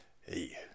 Hey